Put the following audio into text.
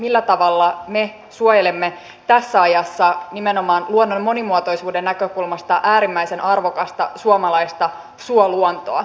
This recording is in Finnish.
millä tavalla me suojelemme tässä ajassa nimenomaan luonnon monimuotoisuuden näkökulmasta äärimmäisen arvokasta suomalaista suoluontoa